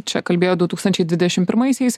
čia kalbėjo du tūkstančiai dvidešim pirmaisiais